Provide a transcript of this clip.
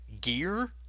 gear